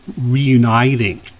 reuniting